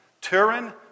Turin